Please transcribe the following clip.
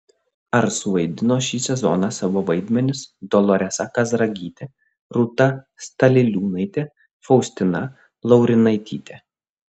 ar suvaidino šį sezoną savo vaidmenis doloresa kazragytė rūta staliliūnaitė faustina laurinaitytė